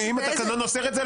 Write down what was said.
אם התקנון לא אוסר את זה,